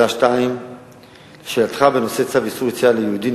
2 3. שאלתך בנושא צו איסור יציאה ליהודי,